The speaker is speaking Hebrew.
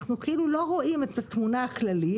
אנחנו כאילו לא רואים את התמונה הכללית,